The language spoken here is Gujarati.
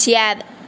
ચાર